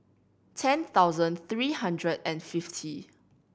ten thousand three hundred and fifty